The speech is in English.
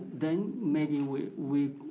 then maybe we we